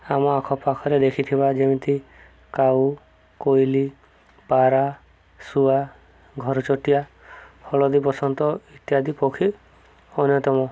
ଆମ ଆଖପାଖରେ ଦେଖିଥିବା ଯେମିତି କାଉ କୋଇଲି ପାରା ଶୁଆ ଘରଚଟିଆ ହଳଦୀ ବସନ୍ତ ଇତ୍ୟାଦି ପକ୍ଷୀ ଅନ୍ୟତମ